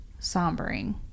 sombering